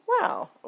Wow